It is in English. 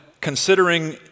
considering